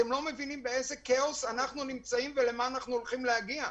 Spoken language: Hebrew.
אתם לא מבינים באיזה כאוס אנחנו נמצאים ולמה אנחנו הולכים להגיע.